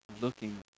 looking